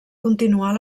continuar